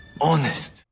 honest